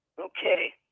Okay